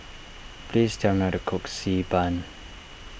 please tell me how to cook Xi Ban